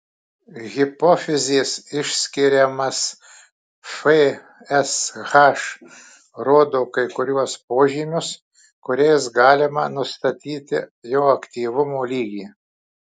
hipofizės išskiriamas fsh rodo kai kuriuos požymius kuriais galima nustatyti jo aktyvumo lygį